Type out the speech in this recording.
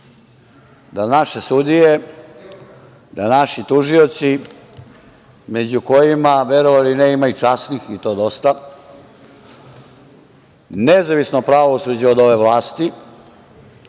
da naše sudije, da naši tužioci, među kojima, verovali ili ne, ima i časnih, i to dosta, nezavisno pravosuđe od ove vlasti,